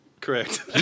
Correct